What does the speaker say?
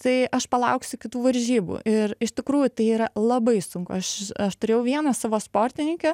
tai aš palauksiu kitų varžybų ir iš tikrųjų tai yra labai sunku aš aš turėjau vieną savo sportininkę